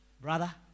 brother